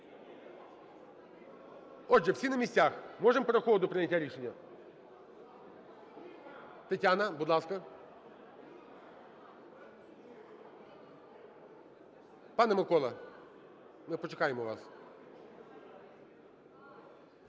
Отже, всі на місцях. Можемо переходити до прийняття рішення? Тетяна, будь ласка! Пане Микола, ми почекаємо вас.